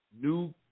New